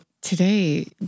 today